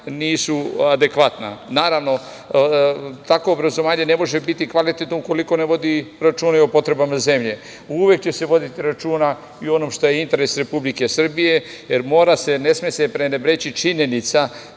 nisu adekvatna. Naravno, takvo obrazovanje ne može biti kvalitetno ukoliko se ne vodi računa i o potrebama zemlje. Uvek će se voditi računa i o onome šta je interese Republike Srbije, jer ne sme se prenebreći činjenica